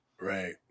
Right